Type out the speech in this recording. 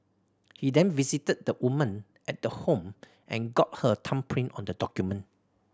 he then visited the woman at the home and got her thumbprint on the document